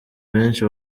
benshi